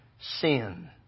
sin